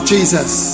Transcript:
Jesus